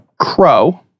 crow